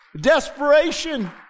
Desperation